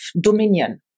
dominion